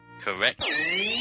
Correct